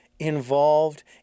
involved